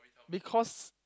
because